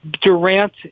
Durant